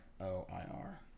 O-I-R